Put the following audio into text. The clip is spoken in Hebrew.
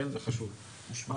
לכן אני אומר,